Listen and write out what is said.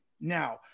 Now